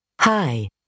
Hi